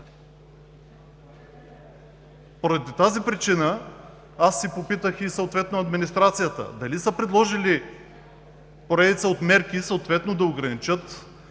Поради тази причина аз попитах и съответно администрацията дали са предложили поредица от мерки да ограничат